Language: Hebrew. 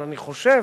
אבל אני חושב